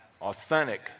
Authentic